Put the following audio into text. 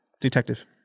detective